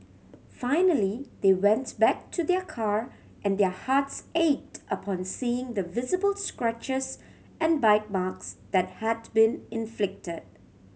finally they went back to their car and their hearts ached upon seeing the visible scratches and bite marks that had been inflicted